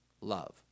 Love